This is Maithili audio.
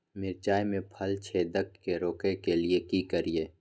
मिर्चाय मे फल छेदक के रोकय के लिये की करियै?